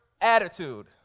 attitude